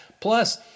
Plus